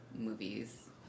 movies